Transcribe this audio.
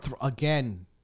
Again